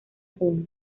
juno